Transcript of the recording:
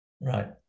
Right